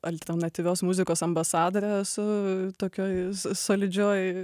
alternatyvios muzikos ambasadorė esu tokioj solidžioj